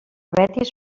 betis